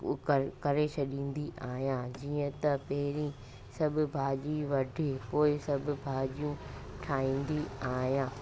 उ करे करे छॾींदी आहियां जीअं त पहिरीं सभु भाॼी वढे पोइ सभु भाॼियूं ठाहींदी आहियां